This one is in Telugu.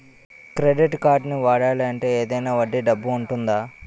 క్రెడిట్ కార్డ్ని వాడాలి అంటే ఏదైనా వడ్డీ డబ్బు ఉంటుందా?